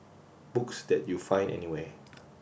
books that you find anywhere